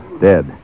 Dead